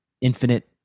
infinite